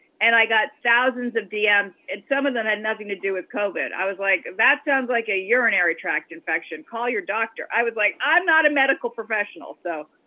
and i got thousands of dms, and some of them had nothing to do with covid. i was like that sounds like a urinary tract infection, call your doctor. i was like, i'm not a medical professional, so.